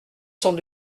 sont